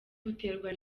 buterwa